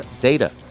data